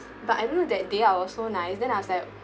but I don't know that day I was so nice then I was like